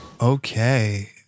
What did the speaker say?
Okay